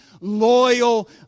loyal